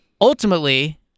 Ultimately